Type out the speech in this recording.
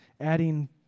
adding